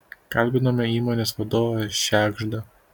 kalbinome įmonės vadovą šegždą